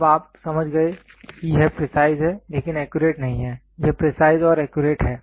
अब आप समझ गए कि यह प्रिसाइज है लेकिन एक्यूरेट नहीं है यह प्रिसाइज और एक्यूरेट है